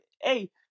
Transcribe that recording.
hey